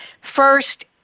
First